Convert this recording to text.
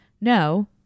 No